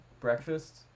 breakfast